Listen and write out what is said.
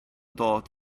dod